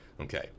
okay